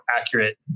accurate